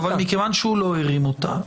הוא לא הרים אותה.